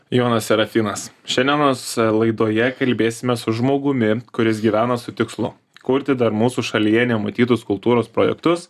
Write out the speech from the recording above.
jonas serafinas šiandienos laidoje kalbėsime su žmogumi kuris gyvena su tikslu kurti dar mūsų šalyje nematytus kultūros projektus